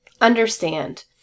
Understand